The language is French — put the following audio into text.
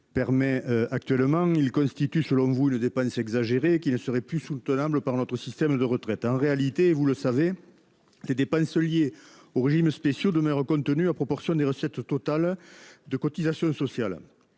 permet actuellement. Ces régimes constituent, selon vous, une dépense exagérée qui ne serait plus soutenable par notre système de retraite. En réalité, et vous le savez, les dépenses liées aux régimes spéciaux demeurent contenues en proportion des recettes totales de cotisations sociales.